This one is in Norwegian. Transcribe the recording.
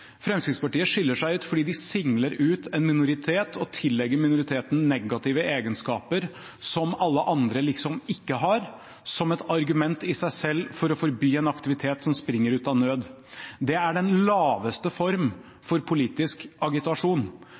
Fremskrittspartiet skiller seg ut fordi de singler ut en minoritet og tillegger denne minoriteten negative egenskaper som alle andre liksom ikke har, som et argument i seg selv for å forby en aktivitet som springer ut av nød. Det er den laveste form for politisk agitasjon,